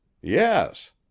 yes